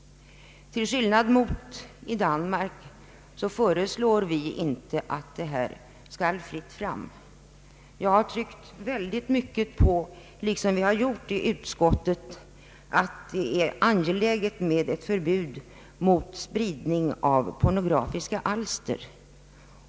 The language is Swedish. Till skillnad mot förhållandena i Danmark föreslår vi inte att det här skall bli fritt fram. Jag har tryckt mycket på — liksom vi har gjort i utskottet — att det är angeläget med ett förbud mot spridning av pornografiska alster.